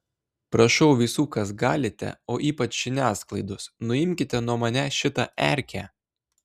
prašau visų kas galite o ypač žiniasklaidos nuimkite nuo manęs šitą erkę